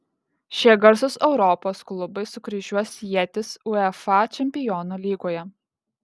šie garsūs europos klubai sukryžiuos ietis uefa čempionų lygoje